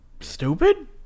stupid